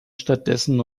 stattdessen